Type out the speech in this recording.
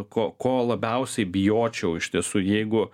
ko ko labiausiai bijočiau iš tiesų jeigu